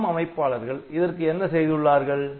ARM அமைப்பாளர்கள் இதற்கு என்ன செய்துள்ளார்கள்